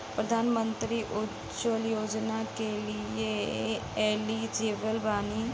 प्रधानमंत्री उज्जवला योजना के लिए एलिजिबल बानी?